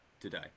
today